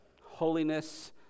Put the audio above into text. holiness